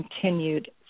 continued